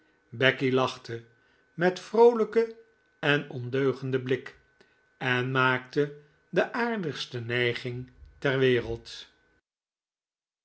becky lachte met vroolijken en ondeugenden blik en maakte de aardigste neiging ter wereld